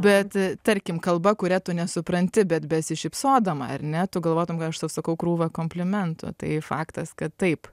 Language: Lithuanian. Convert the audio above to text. bet tarkim kalba kuria tu nesupranti bet besišypsodama ar ne tu galvotum kad aš tau sakau krūvą komplimentų tai faktas kad taip